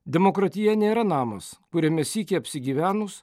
demokratija nėra namas kuriame sykį apsigyvenus